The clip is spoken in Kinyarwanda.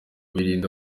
birinda